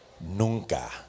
Nunca